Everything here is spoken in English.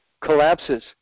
collapses